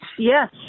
Yes